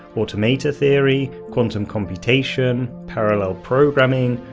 automata theory, quantum computation, parallel programming,